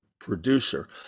producer